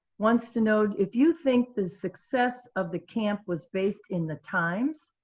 wants to know if you think the success of the camp was based in the times,